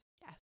Yes